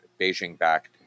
Beijing-backed